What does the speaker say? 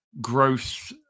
growth